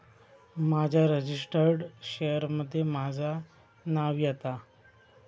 माझ्या registered share मध्ये माझा नाव येता